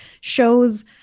shows